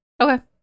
okay